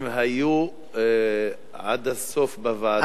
הם היו עד הסוף בוועדה?